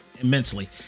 immensely